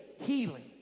healing